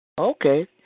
Okay